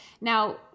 now